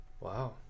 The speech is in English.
Wow